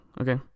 okay